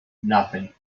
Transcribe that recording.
nothing